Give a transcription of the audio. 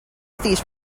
these